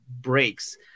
breaks